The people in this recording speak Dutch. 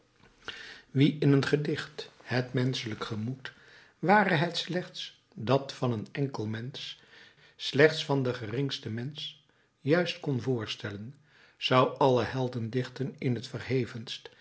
wie in een gedicht het menschelijk gemoed ware het slechts dat van een enkel mensch slechts van den geringsten mensch juist kon voorstellen zou alle heldendichten in het verhevenst